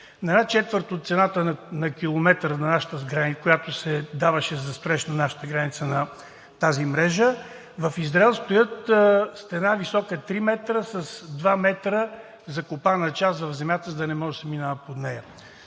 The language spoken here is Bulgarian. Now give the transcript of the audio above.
за една четвърт от цената на километър, която се даваше за строежа на нашата граница за тази мрежа, в Израел строят стена, която е висока 3 метра, с 2 метра закопана част в земята, за да не може да се минава под нея.